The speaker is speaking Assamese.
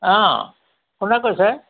অঁ কোনে কৈছে